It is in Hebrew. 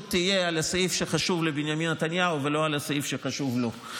תהיה על הסעיף שחשוב לבנימין נתניהו ולא על הסעיף שחשוב לו.